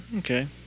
Okay